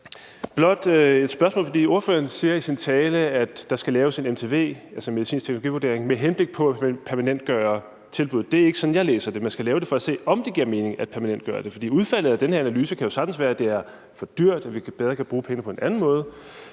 blot et spørgsmål, for ordføreren siger i sin tale, at der skal laves en MTV, altså en medicinsk teknologivurdering med henblik på at permanentgøre tilbuddet. Det er ikke sådan, jeg læser det. Man skal lave den for at se, om det giver mening at permanentgøre det, for udfaldet af den her analyse kan jo sagtens være, at det er for dyrt, og at vi kan bruge pengene bedre på en anden måde.